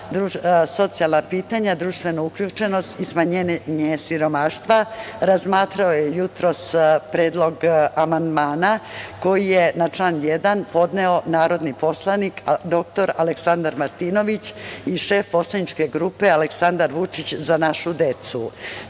socijalna pitanja, društvenu uključenost i smanjenje siromaštva razmatrao je jutros predlog amandmana koji je na član 1. podneo narodni poslanik dr Aleksandar Martinović i šef poslaničke grupe Aleksandar Vučić – Za našu decu.